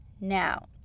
now